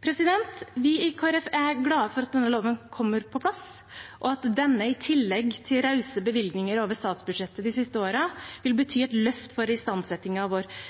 Vi i Kristelig Folkeparti er glad for at denne loven kommer på plass, og at denne – i tillegg til rause bevilgninger over statsbudsjettet de siste årene – vil bety et løft for istandsetting av våre